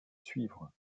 suivre